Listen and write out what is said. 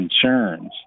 concerns